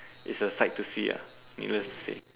it's a sight to see ah needless to say